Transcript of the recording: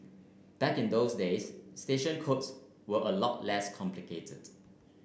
back in those days station codes were a lot less complicated